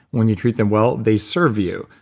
when you treat them well, they serve you.